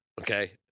okay